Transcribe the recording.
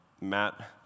Matt